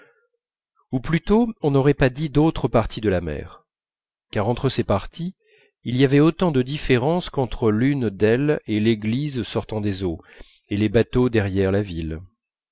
ou plutôt on n'aurait pas dit d'autres parties de la mer car entre ces parties il y avait autant de différence qu'entre l'une d'elles et l'église sortant des eaux et les bateaux derrière la ville